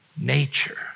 nature